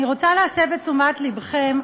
אני רוצה להסב את תשומת לבכם,